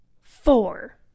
Four